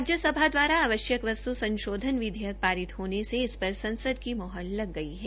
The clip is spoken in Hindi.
राज्यसभा द्वारा आवश्यक वस्त् संशोधन विधेयक पारित होने से इस पर संसद की मोहर लग गई है